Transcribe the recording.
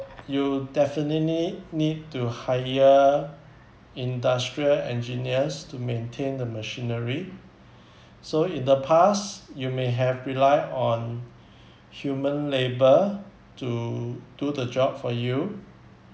you definitely need to hire industrial engineers to maintain the machinery so in the past you may have rely on human labour to do the job for you